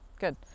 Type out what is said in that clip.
Good